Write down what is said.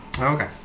okay